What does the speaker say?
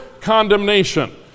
condemnation